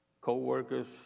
co-workers